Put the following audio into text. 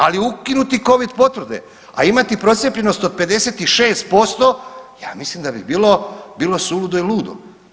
Ali ukinuti Covid potvrde, a imati procijepljenost od 56% ja mislim da bi bilo suludo i ludo.